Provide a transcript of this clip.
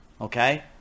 Okay